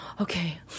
okay